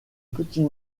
petit